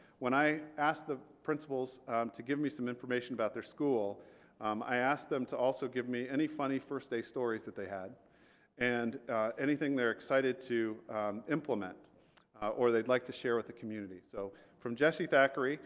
when i asked the principals to give me some information about their school i asked them to also give me any funny first-day stories that they had and anything they're excited to implement or they'd like to share with the community so from jessie thackery